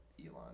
Elon